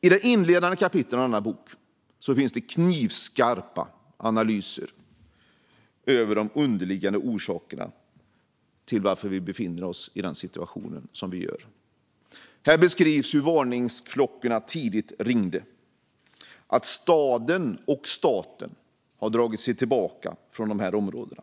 I det inledande kapitlet i denna bok finns knivskarpa analyser av de underliggande orsakerna till att vi befinner oss i den situation som vi gör. Här beskrivs hur varningsklockorna tidigt ringde och hur staden och staten har dragit sig tillbaka från de här områdena.